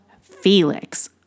Felix